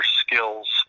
skills